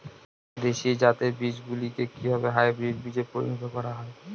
দেশি জাতের বীজগুলিকে কিভাবে হাইব্রিড বীজে পরিণত করা হয়?